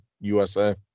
USA